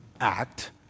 act